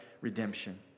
Redemption